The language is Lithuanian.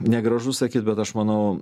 negražu sakyt bet aš manau